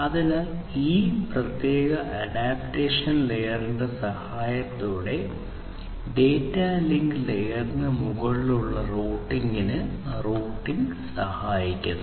അതിനാൽ ഈ പ്രത്യേക അഡാപ്റ്റേഷൻ ലെയറിന്റെ സഹായത്തോടെ ഡാറ്റാ ലിങ്ക് ലെയറിന് മുകളിലുള്ള റൂട്ടിംഗിന് റൂട്ടിംഗ് സഹായിക്കുന്നു